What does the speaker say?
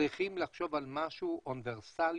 צריכים לחשוב על משהו אוניברסלי,